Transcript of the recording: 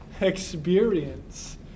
experience